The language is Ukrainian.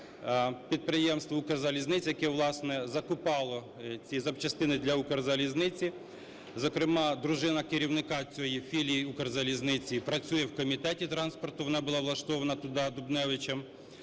підприємства "Укрзалізниці", яке, власне, закупало ці запчастини для "Укрзалізниці". Зокрема, дружина керівника цієї філії "Укрзалізниці" працює в Комітеті транспорту. Вона була влаштована туди Дубневичем.